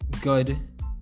good